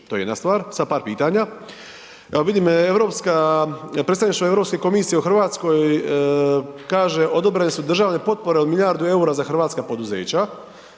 to je jedna stvar. Sad par pitanja, evo vidim europska, predstavništvo Europske komisije u RH kaže odobrene su državne potpore od milijardu EUR-a za hrvatska poduzeća.